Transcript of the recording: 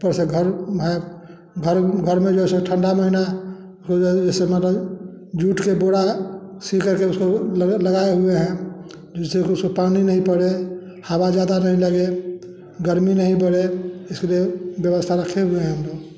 ऊपर से घर में घर घर में भी वैसे ठंडा में ना ऐसे ना रहो जूट के बोरा सी करके उसे लग लगाया हुए है जैसे उसे पानी नहीं पड़े हवा ज़्यादा नहीं लगे गर्मी नहीं पड़े इसके लिए व्यवस्था रखे हुए हैं